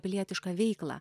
pilietišką veiklą